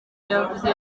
yavuze